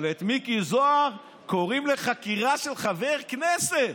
אבל את מיקי זוהר קוראים לחקירה של חבר כנסת.